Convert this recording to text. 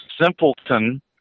simpleton